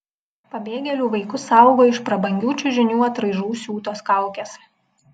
pabėgėlių vaikus saugo iš prabangių čiužinių atraižų siūtos kaukės